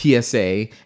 PSA